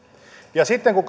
ja sitten kun